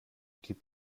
gibt